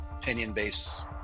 opinion-based